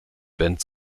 band